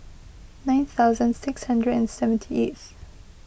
nine thousand six hundred and seventy eighth